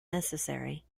necessary